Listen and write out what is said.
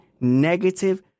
negative